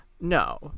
No